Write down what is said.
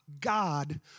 God